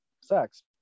sex